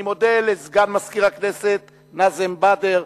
אני מודה לסגן מזכיר הכנסת נאזם בדר,